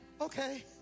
okay